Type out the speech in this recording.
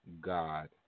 God